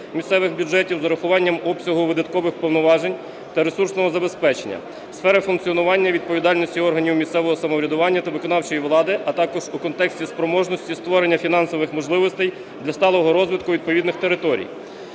місцевих бюджетів з урахуванням обсягу видаткових повноважень та ресурсного забезпечення, сфери функціонування і відповідальності органів місцевого самоврядування та виконавчої влади, а також у контексті спроможності створення фінансових можливостей для сталого розвитку відповідних територій.